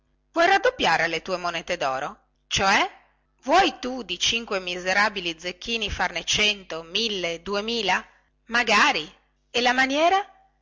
vuoi raddoppiare le tue monete doro cioè vuoi tu di cinque miserabili zecchini farne cento mille duemila magari e la maniera